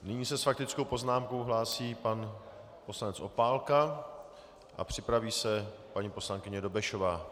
Nyní se s faktickou poznámkou hlásí pan poslanec Opálka a připraví se paní poslankyně Dobešová.